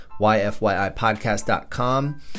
YFYIPodcast.com